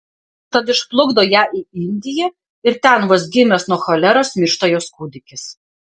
tad išplukdo ją į indiją ir ten vos gimęs nuo choleros miršta jos kūdikis